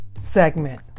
segment